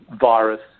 virus